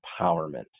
empowerment